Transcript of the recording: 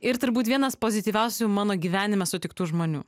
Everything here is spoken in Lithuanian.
ir turbūt vienas pozityviausių mano gyvenime sutiktų žmonių